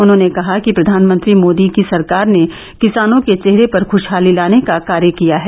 उन्होंने कहा कि प्रधानमंत्री मोदी की सरकार ने किसानों के चेहरे पर खुषहाली लाने का कार्य किया है